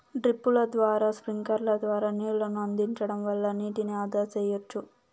డ్రిప్పుల ద్వారా స్ప్రింక్లర్ల ద్వారా నీళ్ళను అందించడం వల్ల నీటిని ఆదా సెయ్యచ్చు